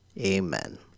amen